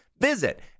visit